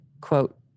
quote